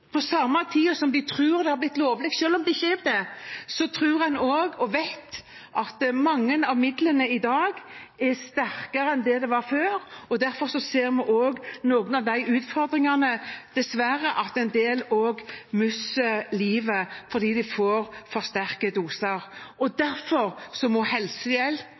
På samme tid som de tror det har blitt lovlig – selv om det ikke er det – tror og vet vi at mange av midlene i dag er sterkere enn det de var før; derfor ser vi dessverre også den utfordringen at en del mister livet fordi de får en for sterk dose. Derfor må helsehjelp og